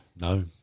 No